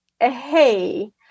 Hey